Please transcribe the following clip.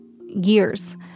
years